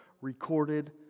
recorded